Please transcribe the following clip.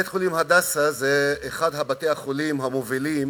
בית-החולים "הדסה" זה אחד מבתי-החולים המובילים